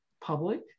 public